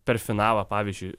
per finalą pavyzdžiui